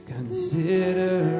Consider